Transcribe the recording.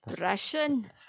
russian